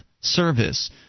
Service